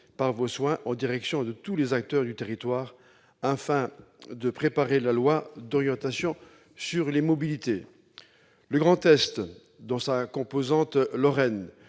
par vos soins en direction de tous les acteurs du territoire, afin de préparer la loi d'orientation sur les mobilités. Le Grand-Est, dans sa composante lorraine,